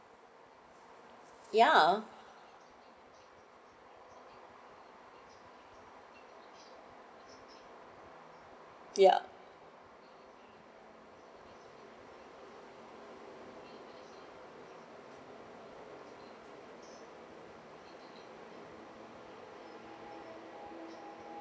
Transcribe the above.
ya ya